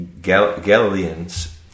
Galileans